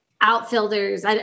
outfielders